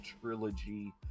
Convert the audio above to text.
trilogy